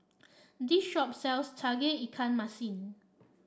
this shop sells Tauge Ikan Masin